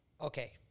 Okay